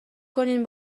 کنین